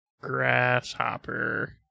Grasshopper